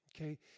okay